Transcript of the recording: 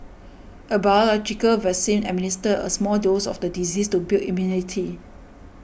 a biological vaccine administers a small dose of the disease to build immunity